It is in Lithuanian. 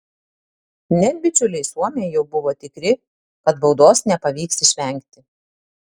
net bičiuliai suomiai jau buvo tikri kad baudos nepavyks išvengti